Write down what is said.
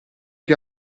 che